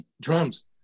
drums